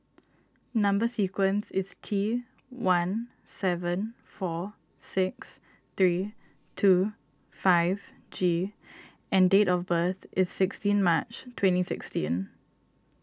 Number Sequence is T one seven four six three two five G and date of birth is sixteen March twenty sixteen